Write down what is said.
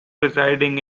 residing